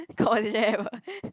conversation ever